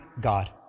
God